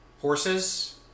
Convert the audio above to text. Horses